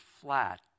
flat